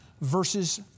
verses